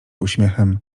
uśmiechem